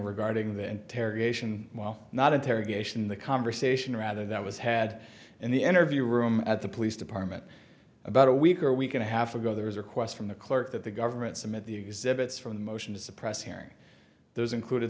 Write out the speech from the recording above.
regarding the interrogation while not interrogation the conversation rather that was had in the interview room at the police department about a week or week and a half ago there was a request from the clerk that the government some of the exhibits from the motion to suppress hearing those included